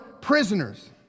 prisoners